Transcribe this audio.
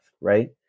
Right